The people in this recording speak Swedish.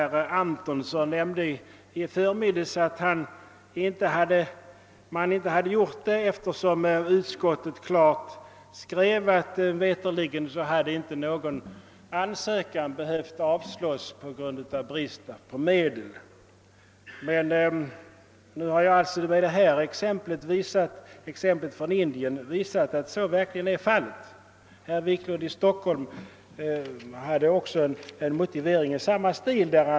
Herr Antonsson nämnde i förmiddags att man inte hade gjort det, därför att utskottet klart skrivit att veterligen inte någon ansökan från missionen hade behövt avslås på grund av brist på medel. Med det av mig anförda exemplet från Indien har jag dock visat att så verkligen är fallet. Herr Wiklund i Stockholm hade också en motivering i samma stil.